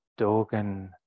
Dogen